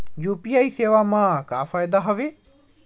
UPI सेवा मा का फ़ायदा हवे?